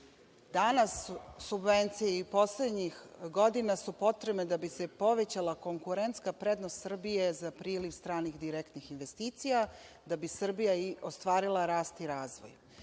danas subvencije i poslednjih godina su potrebne da bi se povećala konkurentna prednost Srbije za priliv stranih direktnih investicija, da bi Srbija ostvarila rast i razvoj. Na